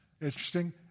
Interesting